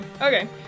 Okay